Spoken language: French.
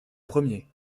premier